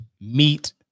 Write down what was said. meet